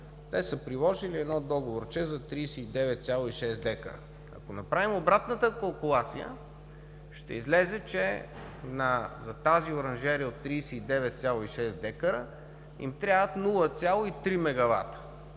те са приложили договорче за 39,6 декара. Ако направим обратната калкулация, ще излезе, че за тази оранжерия от 39,6 декара им трябват 0,3 мегавата.